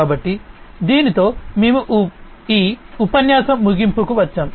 కాబట్టి దీనితో మేము ఈ ఉపన్యాసం ముగింపుకు వచ్చాము